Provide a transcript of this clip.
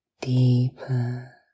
deeper